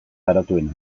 garatuena